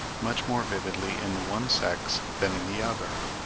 much more vividly in the one sex than in the other,